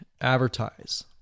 Advertise